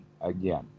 again